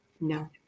No